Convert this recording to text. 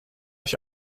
ich